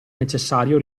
necessario